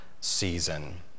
season